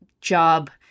job